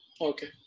Okay